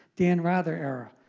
dan rather era.